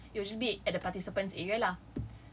ya usually at the participants area lah